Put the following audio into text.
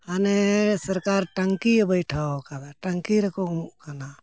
ᱦᱟᱱᱮ ᱥᱚᱨᱠᱟᱨ ᱴᱟᱹᱝᱠᱤᱭᱮ ᱵᱟᱹᱭᱴᱷᱟᱹᱣ ᱟᱠᱟᱫᱟ ᱴᱟᱹᱝᱠᱤ ᱨᱮᱠᱚ ᱩᱢᱩᱜ ᱠᱟᱱᱟ